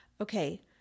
okay